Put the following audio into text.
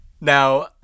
Now